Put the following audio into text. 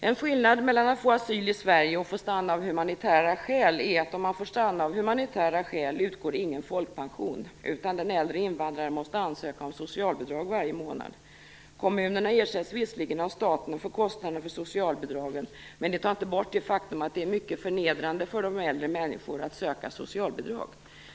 En skillnad mellan att få asyl i Sverige och att få stanna av humanitära skäl är att om man får stanna av humanitära skäl utgår ingen folkpension, utan den äldre invandraren måste ansöka om socialbidrag varje månad. Kommunerna ersätts visserligen av staten för kostnaderna för socialbidragen, men det tar inte bort det faktum att det är mycket förnedrande för äldre människor att söka socialbidrag.